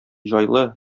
җайлы